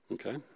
Okay